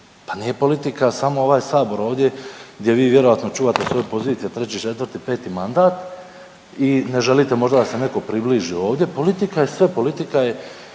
Pa nije politika samo ovaj Sabor ovdje gdje vi vjerojatno čuvate svoje pozicije, 3., 4., 5. mandat i ne želite možda da se netko približi ovdje, politika je sve, politika je